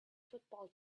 football